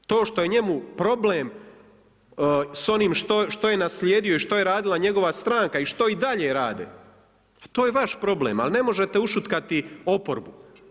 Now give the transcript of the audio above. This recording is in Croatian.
To što je njemu problem s onim što je naslijedio i što je radila njegova stranka i što i dalje rade, pa to je vaš problem, ali ne možete ušutkati oporbu.